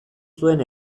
zuen